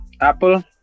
Apple